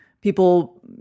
people